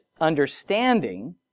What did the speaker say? understanding